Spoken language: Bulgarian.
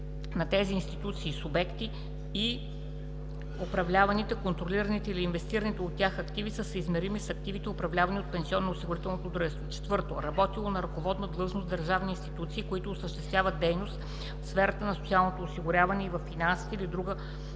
на тези институции и субекти и управляваните, контролираните или инвестираните от тях активи са съизмерими с активите, управлявани от пенсионноосигурителното дружество; 4. работило на ръководна длъжност в държавни институции, които осъществяват дейност в сферата на социалното осигуряване и във финансите или в